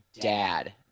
dad